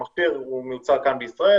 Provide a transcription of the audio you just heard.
המכשיר מיוצר כאן בישראל,